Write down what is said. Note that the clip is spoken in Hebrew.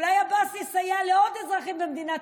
אולי עבאס יסייע לעוד אזרחים במדינת